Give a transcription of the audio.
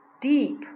deep